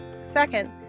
Second